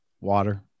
water